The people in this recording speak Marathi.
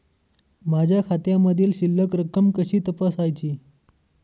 माझ्या खात्यामधील शिल्लक रक्कम कशी तपासायची?